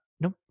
Nope